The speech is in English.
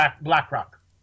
BlackRock